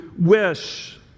wish